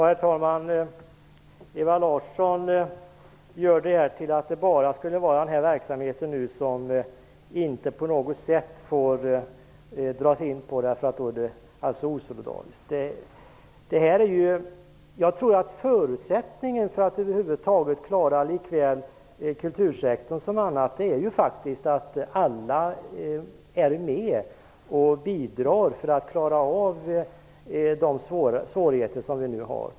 Herr talman! Ewa Larsson får detta till att det bara skulle vara den här verksamheten som det inte på något sätt får dras in på därför att det skulle vara osolidariskt. Jag tror att förutsättningen för att över huvud taget klara både kultursektorn och annat faktiskt är att alla är med och bidrar för att klara av de svårigheter som vi nu har.